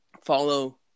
follow